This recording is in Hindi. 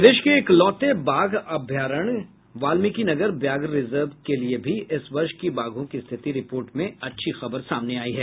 प्रदेश के एकलौते बाघ अभयारण्य वाल्मिकीनगर व्याघ्र रिजर्व के लिए भी इस वर्ष की बाघों की स्थिति रिपोर्ट में अच्छी खबर सामने आयी है